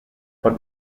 but